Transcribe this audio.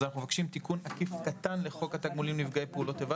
אז אנחנו מבקשים תיקון עקיף קטן לחוק התגמולים (נפגעי פעולות איבה),